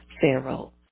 Pharaoh